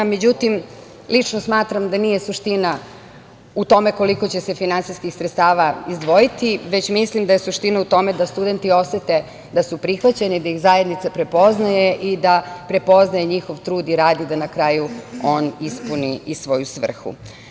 Međutim, lično smatram da nije suština u tome koliko će se finansijskih sredstava izdvojiti, već mislim da je suština u tome da studenti osete da su prihvaćeni, da ih zajednica prepoznaje i da prepoznaje njihov trud i rad i da na kraju on ispuni i svoju svrhu.